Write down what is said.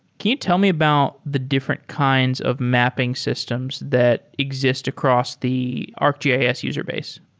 can you tell me about the different kinds of mapping systems that exist across the arcgis user base?